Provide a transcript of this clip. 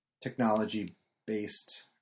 technology-based